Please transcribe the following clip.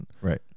Right